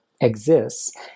exists